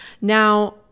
Now